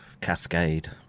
cascade